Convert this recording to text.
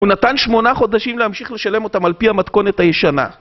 הוא נתן שמונה חודשים להמשיך לשלם אותם על פי המתכונת הישנה